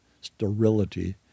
sterility